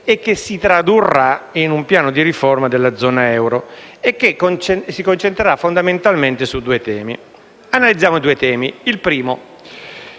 e che si tradurrà in un piano di riforma della zona euro e si concentrerà fondamentalmente su due temi. Analizziamo i due temi. Il primo